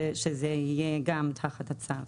שזה גם יהיה תחת הצו.